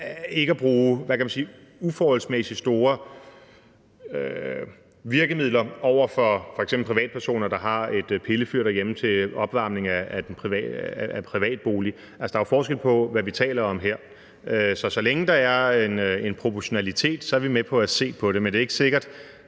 ikke at bruge uforholdsmæssigt store virkemidler over for f.eks. privatpersoner, der har et pillefyr derhjemme til opvarmning af privatbolig. Der er jo forskel på, hvad vi taler om her. Så så længe der er en proportionalitet, er vi med på at se på det. Men det er ikke sikkert